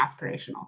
aspirational